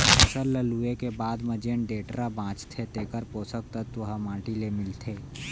फसल ल लूए के बाद म जेन डेंटरा बांचथे तेकर पोसक तत्व ह माटी ले मिलथे